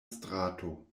strato